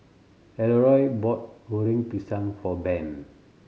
Elroy bought Goreng Pisang for Ben